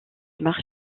marché